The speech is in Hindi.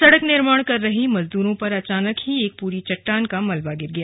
सड़क निर्माण कार्य कर रहे मजदूरों पर अचानक ही एक पूरी चट्टान का मलबा गिर गया